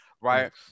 right